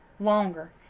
longer